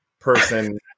person